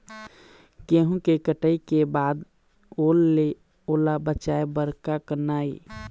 गेहूं के कटाई के बाद ओल ले ओला बचाए बर का करना ये?